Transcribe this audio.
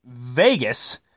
Vegas